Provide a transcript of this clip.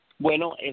Bueno